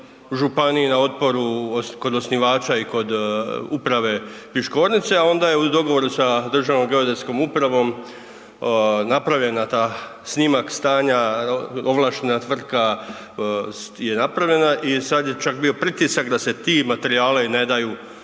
županiji, na otporu kod osnivača i kod uprave Piškornice, a onda je u dogovoru sa Državnom geodetskom upravom napravljena taj snimak stanja, ovlaštena tvrtka je napravila i sada je čak bio pritisak da se ti materijali ne daju